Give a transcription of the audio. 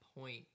point